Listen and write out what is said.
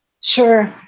Sure